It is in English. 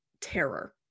terror